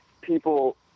people